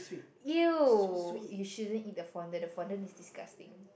you you shouldn't eat the fondant the fondant is disgusting